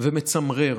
ומצמרר